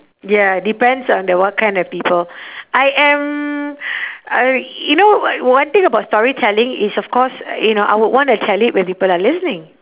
ya depends on the what kind of people I am uh you know one thing about storytelling is of course you know I would want to tell it when people are listening